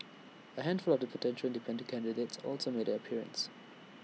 A handful of potential independent candidates also made an appearance